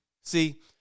See